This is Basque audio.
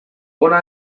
hona